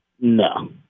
No